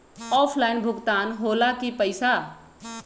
Offline भुगतान हो ला कि पईसा?